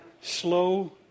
Slow